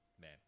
man